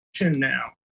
now